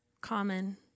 common